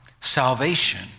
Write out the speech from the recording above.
Salvation